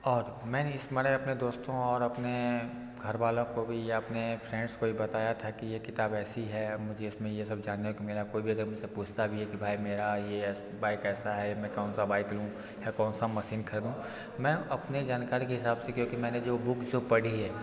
और मैंने इस मैंने अपने दोस्तों और अपने घरवालों को भी या अपने फ्रेंड्स को भी बताया था कि ये किताब ऐसी है मुझे इसमें ये सब जानने को मिला कोई भी अगर मुझसे पूछता भी है कि भाई मेरा ये बाइक ऐसी है मैं कौनसी बाइक लूँ या कौनसी मसीन ख़रीदूँ मैं अपनी जानकारी के हिसाब से क्योंकि मैंने जो बुक जो पढ़ी है